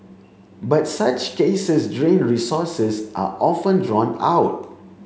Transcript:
but such cases drain resources are often drawn out